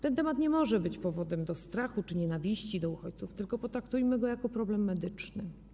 Ten temat nie może być jednak powodem strachu czy nienawiści do uchodźców, tylko potraktujmy go jako problem medyczny.